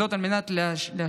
זאת, על מנת להשלים